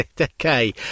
okay